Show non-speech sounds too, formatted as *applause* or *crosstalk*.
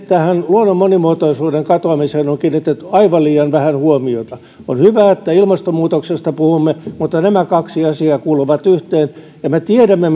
tähän luonnon monimuotoisuuden katoamiseen on kiinnitetty aivan liian vähän huomiota on hyvä että ilmastonmuutoksesta puhumme mutta nämä kaksi asiaa kuuluvat yhteen ja me tiedämme *unintelligible*